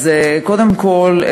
קודם כול,